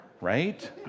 right